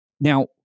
Now